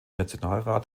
nationalrat